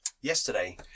Yesterday